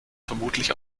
vermutlich